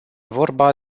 vorba